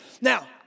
Now